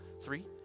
three